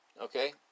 Okay